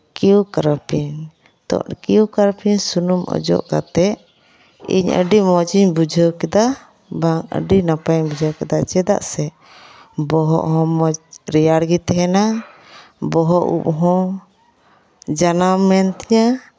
ᱠᱮᱭᱳᱠᱟᱨᱯᱤᱱ ᱛᱚ ᱠᱮᱭᱳᱠᱟᱨᱯᱤᱱ ᱥᱩᱱᱩᱢ ᱚᱡᱚᱜ ᱠᱟᱛᱮᱫ ᱤᱧ ᱟᱹᱰᱤ ᱢᱚᱡᱤᱧ ᱵᱩᱡᱷᱟᱹᱣ ᱠᱮᱫᱟ ᱮᱵᱚᱝ ᱟᱹᱰᱤ ᱱᱟᱯᱟᱭᱤᱧ ᱵᱩᱡᱷᱟᱹᱣ ᱠᱮᱫᱟ ᱪᱮᱫᱟᱜ ᱥᱮ ᱵᱚᱦᱚᱜ ᱦᱚᱸ ᱢᱚᱡᱽ ᱨᱮᱭᱟᱲ ᱜᱮ ᱛᱮᱦᱮᱱᱟ ᱵᱚᱦᱚᱜ ᱩᱵ ᱦᱚᱸ ᱡᱟᱱᱟᱢᱮᱱ ᱛᱤᱧᱟᱹ